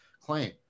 claim